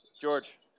George